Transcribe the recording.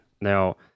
Now